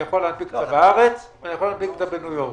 אני יכול להנפיק בארץ וגם בניו יורק.